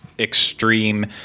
Extreme